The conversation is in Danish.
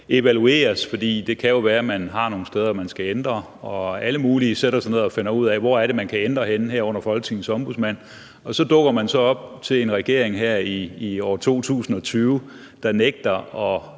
evalueres, fordi det jo kan være, at der er nogle steder, der skal ændres, og alle mulige sætter sig ned og finder ud af, hvor det er, man kan ændre det, herunder Folketingets Ombudsmand, og man så her i år 2020 dukker op